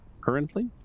currently